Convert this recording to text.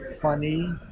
funny